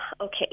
Okay